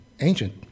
ancient